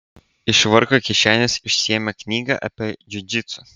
iš švarko kišenės išsiėmė knygą apie džiudžitsu